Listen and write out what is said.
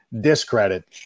Discredit